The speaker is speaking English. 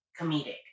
comedic